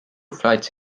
flights